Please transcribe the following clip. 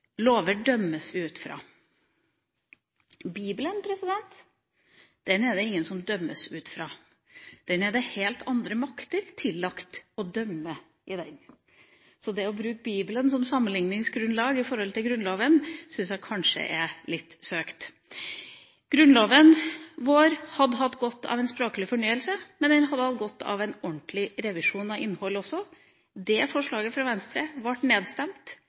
Lover dømmes vi ut fra. Bibelen er det ingen som dømmes ut fra. Der er det helt andre makter tillagt å dømme. Så det å bruke Bibelen som sammenligningsgrunnlag i forhold til Grunnloven syns jeg kanskje er litt søkt. Grunnloven vår hadde hatt godt av en språklig fornyelse, men den hadde hatt godt av en ordentlig revisjon av innhold også. Det forslaget fra Venstre ble nedstemt